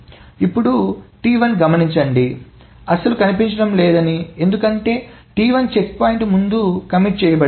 ఇప్పుడు T1 గమనించండి అస్సలు కనిపించడం లేదని ఎందుకంటే T1 చెక్ పాయింట్ ముందు కమిట్ చేయబడి ఉంది